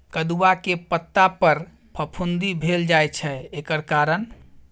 कदुआ के पता पर फफुंदी भेल जाय छै एकर कारण?